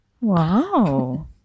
Wow